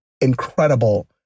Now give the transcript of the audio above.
incredible